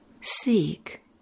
seek